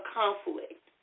conflict